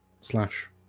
Slash